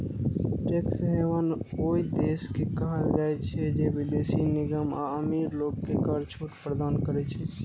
tax haven ओइ देश के कहल जाइ छै, जे विदेशी निगम आ अमीर लोग कें कर छूट प्रदान करै छै